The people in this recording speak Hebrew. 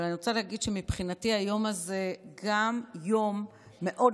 אבל אני רוצה להגיד שמבחינתי היום הזה גם יום מאוד